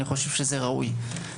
זה ראוי בעיניי,